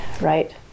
right